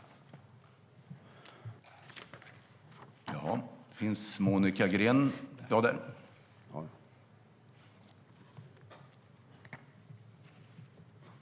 Då Urban Ahlin , som framställt interpellationen, anmält att han var förhindrad att närvara vid sammanträdet medgav talmannen att Monica Green i stället fick delta i överläggningen.